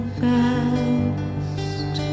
fast